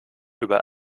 über